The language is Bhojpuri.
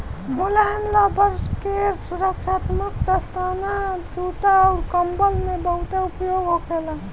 मुलायम रबड़ के सुरक्षात्मक दस्ताना, जूता अउर कंबल में बहुत उपयोग होखेला